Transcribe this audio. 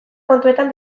kontuetan